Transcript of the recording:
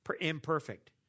imperfect